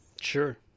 Sure